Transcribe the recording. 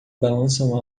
balançam